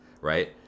right